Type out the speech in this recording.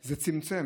זה צמצם.